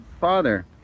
Father